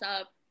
up